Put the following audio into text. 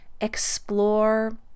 explore